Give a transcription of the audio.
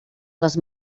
les